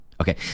Okay